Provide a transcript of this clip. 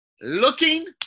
looking